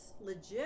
legit